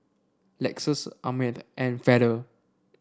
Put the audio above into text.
Lexus Ameltz and Feather